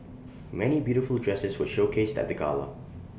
many beautiful dresses were showcased at the gala